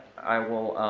i will,